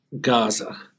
Gaza